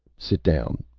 sit down.